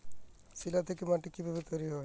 শিলা থেকে মাটি কিভাবে তৈরী হয়?